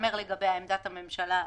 שתיאמר לגביה עמדת הממשלה במליאה.